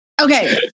okay